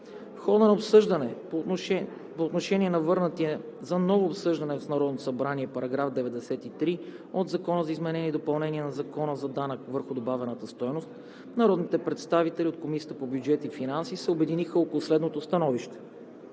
хода на обсъждането по отношение на върнатия за ново обсъждане в Народното събрание § 93 от Закона за изменение и допълнение на Закона за данък върху добавената стойност народните представители от Комисията по бюджет и финанси се обединиха около следното становище: